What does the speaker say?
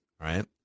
right